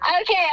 Okay